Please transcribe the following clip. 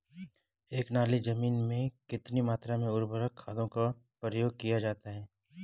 एक नाली जमीन में कितनी मात्रा में उर्वरक खादों का प्रयोग किया जाता है?